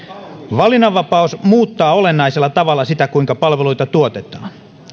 valinnanvapaus muuttaa olennaisella tavalla sitä kuinka palveluita tuotetaan